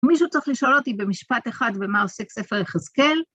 מישהו צריך לשאול אותי במשפט אחד במה עוסק ספר יחזקאל